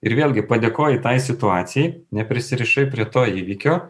ir vėlgi padėkoji tai situacijai neprisirišai prie to įvykio